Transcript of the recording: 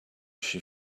she